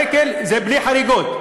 8 שקלים זה בלי חריגות.